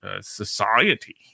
society